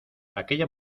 aquella